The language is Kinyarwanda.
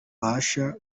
babasha